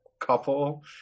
couple